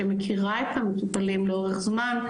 שמכירה את המטופלים לאורך זמן,